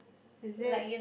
is it